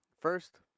First